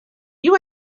you